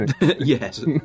Yes